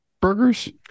burgers